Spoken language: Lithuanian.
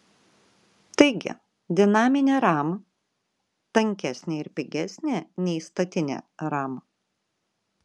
taigi dinaminė ram tankesnė ir pigesnė nei statinė ram